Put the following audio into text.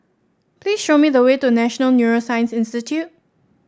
please show me the way to National Neuroscience Institute